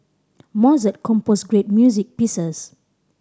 Mozart composed great music pieces